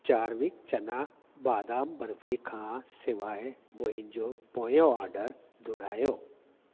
चारविक चना बादाम बर्फी खां सवाइ मुंहिंजो पोयों ऑडर दुहिरायो